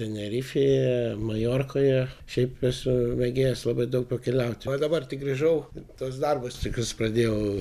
tenerifėje maljorkoje šiaip esu megėjęs labai daug pakeliauti dabar tik grįžau tuos darbo tokius pradėjau